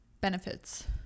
benefits